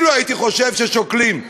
אילו הייתי חושב ששוקלים,